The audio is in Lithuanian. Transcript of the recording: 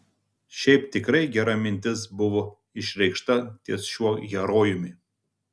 šiaip tikrai gera mintis buvo išreikšta ties šiuo herojumi